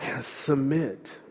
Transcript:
Submit